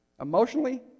Emotionally